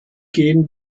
gehen